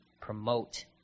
promote